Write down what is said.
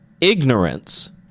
Ignorance